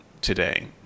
today